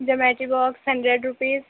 Jio میٹری box hundred rupees